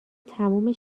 تموم